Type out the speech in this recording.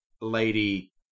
lady